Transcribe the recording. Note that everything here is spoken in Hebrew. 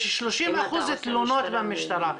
יש 30% תלונות במשטרה,